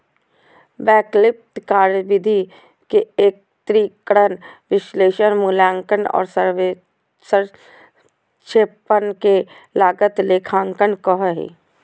वैकल्पिक कार्यविधि के एकत्रीकरण, विश्लेषण, मूल्यांकन औरो संक्षेपण के लागत लेखांकन कहो हइ